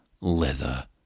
leather